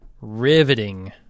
Riveting